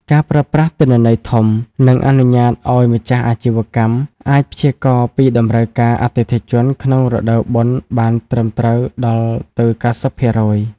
ការប្រើប្រាស់ទិន្នន័យធំ នឹងអនុញ្ញាតឱ្យម្ចាស់អាជីវកម្មអាចព្យាករណ៍ពីតម្រូវការអតិថិជនក្នុងរដូវបុណ្យបានត្រឹមត្រូវដល់ទៅ ៩០%។